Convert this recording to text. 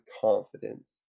confidence